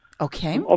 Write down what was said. okay